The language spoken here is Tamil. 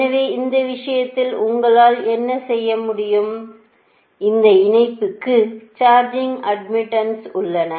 எனவே இந்த விஷயத்தில் உங்களால் என்ன செய்ய முடியும் இந்த இணைப்புக்கு சார்ஜிங் அட்மிட்டன்ஸ் உள்ளது